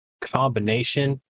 combination